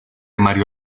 mario